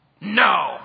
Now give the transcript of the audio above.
No